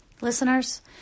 Listeners